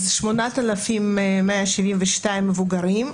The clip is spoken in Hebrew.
אז 8,172 מבוגרים,